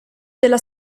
della